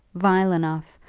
vile enough,